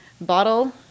bottle